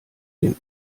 den